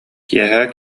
киэһэ